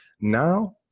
Now